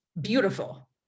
beautiful